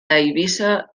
eivissa